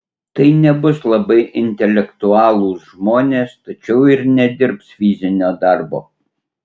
tai nebus labai intelektualūs žmonės tačiau ir nedirbs fizinio darbo